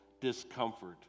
discomfort